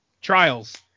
trials